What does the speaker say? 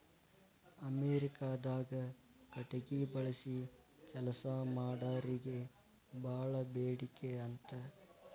ಅಮೇರಿಕಾದಾಗ ಕಟಗಿ ಬಳಸಿ ಕೆಲಸಾ ಮಾಡಾರಿಗೆ ಬಾಳ ಬೇಡಿಕೆ ಅಂತ